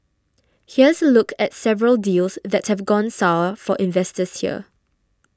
here's a look at several deals that have gone sour for investors here